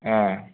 ए